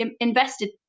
invested